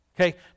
Okay